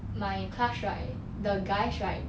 my class right the guys right